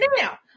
now